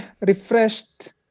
refreshed